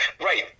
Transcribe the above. Right